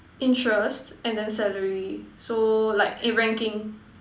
interests and then salary so like in ranking